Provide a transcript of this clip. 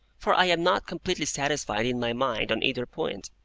for i am not completely satisfied in my mind on either point.